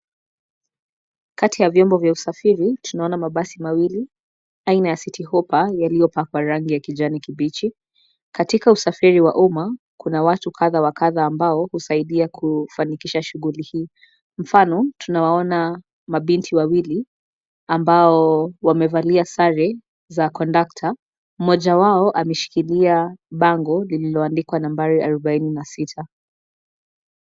Kati ya vyombo vya usafiri, tunaona mabasi mawili, aina ya Citi Hoppa yaliyopakwa rangi ya kijani kibichi, katika usafiri wa umma, kuna watu kadha wa kadha ambao husaidia kufanyikisha shughuli hii, mfano, tunawaona, mabinti wawili, ambao, wamevalia sare, za kondakta, mmoja wao ameshikilia, bango, lilioandikwa nambari arubaini na sita.